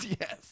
yes